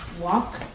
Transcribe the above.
walk